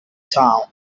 town